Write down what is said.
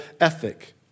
ethic